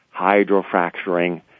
hydrofracturing